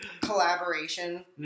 collaboration